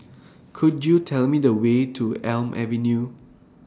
Could YOU Tell Me The Way to Elm Avenue